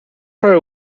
her